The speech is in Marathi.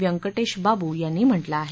व्यंकटेश बाबू यांनी म्हटलं आहे